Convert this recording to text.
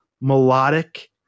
melodic